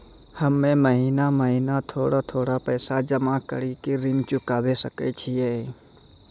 हम्मे महीना महीना थोड़ा थोड़ा पैसा जमा कड़ी के ऋण चुकाबै सकय छियै?